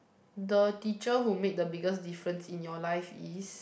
the teacher who made the biggest difference in your life is